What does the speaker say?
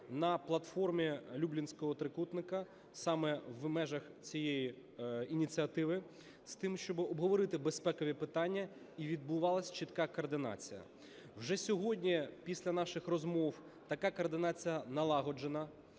на платформі Люблінського трикутника саме в межах цієї ініціативи, з тим щоб обговорити безпекові питання і відбувалась чітка координація. Вже сьогодні після наших розмов така координація налагоджена.